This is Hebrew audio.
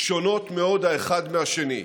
אנחנו שונים מאוד האחד מהשני.